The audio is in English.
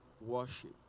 worship